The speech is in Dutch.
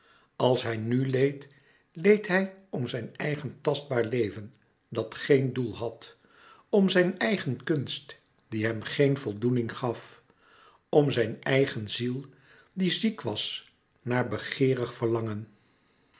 als hij nu leed leed hij om zijn eigen tastbaar leven dat geen louis couperus metamorfoze doel had om zijn eigen kunst die hem geen voldoening gaf om zijn eigen ziel die ziek was naar begeerig verlangen